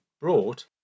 brought